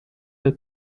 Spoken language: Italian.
del